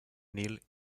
nil